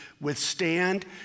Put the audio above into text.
withstand